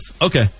Okay